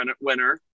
winner